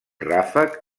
ràfec